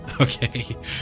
okay